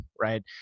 right